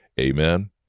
Amen